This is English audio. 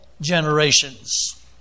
generations